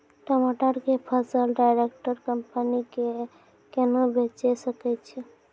टमाटर के फसल डायरेक्ट कंपनी के केना बेचे सकय छियै?